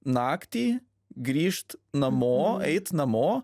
naktį grįžt namo eit namo